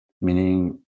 meaning